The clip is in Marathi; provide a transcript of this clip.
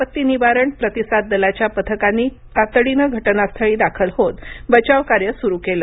आपत्ती निवारण प्रतिसाद दलाच्या पथकांनी तातडीनं घटनास्थळी दाखल होत बचावकार्याला सुरु केलं